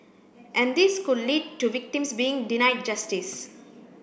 and this could lead to victims being denied justice